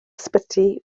ysbyty